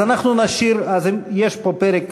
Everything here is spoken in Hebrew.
אז אנחנו נשאיר, יש פה פרק.